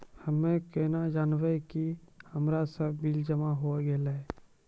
हम्मे केना जानबै कि हमरो सब बिल जमा होय गैलै?